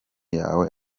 yawe